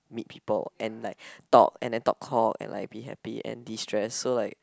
meet people and like talk and then talk cock and like be happy and destress so like